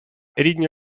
рідні